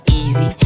easy